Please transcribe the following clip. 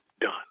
done